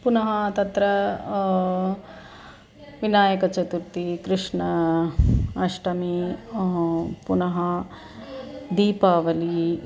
पुनः तत्र विनायकचतुर्थी कृष्ण अष्टमी पुनः दीपावलिः